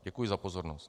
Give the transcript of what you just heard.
Děkuji za pozornost.